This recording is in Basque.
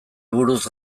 buruz